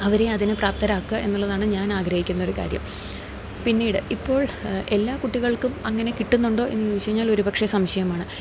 അവരെ അതിന് പ്രാപ്തരാക്കുക എന്നുള്ളതാണ് ഞാൻ ആഗ്രഹിക്കുന്നൊരു കാര്യം പിന്നീട് ഇപ്പോൾ എല്ലാ കുട്ടികൾക്കും അങ്ങനെ കിട്ടുന്നുണ്ടോ എന്ന് ചോദിച്ച് കഴിഞ്ഞാലൊരുപക്ഷേ സംശയമാണ്